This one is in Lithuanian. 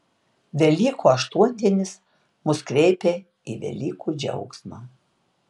velykų aštuondienis mus kreipia į velykų džiaugsmą